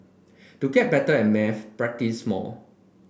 to get better at maths practise more